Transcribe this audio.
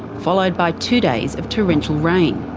followed by two days of torrential rain.